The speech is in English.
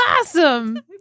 awesome